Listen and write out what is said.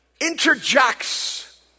interjects